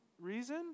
reason